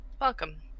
Welcome